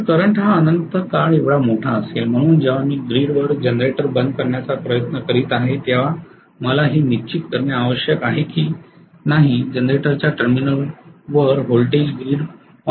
तर करंट हा अनंतकाळ एवढा मोठा असेल म्हणून जेव्हा मी ग्रीड वर जनरेटर बंद करण्याचा प्रयत्न करीत आहे तेव्हा मला हे निश्चित करणे आवश्यक आहे की जनरेटरच्या टर्मिनलवर व्होल्टेज ग्रीड पॉईंटवरील व्होल्टेजसारखे आहे